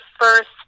first